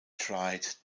tried